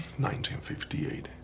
1958